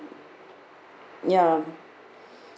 ya